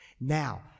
Now